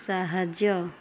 ସାହାଯ୍ୟ